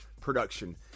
production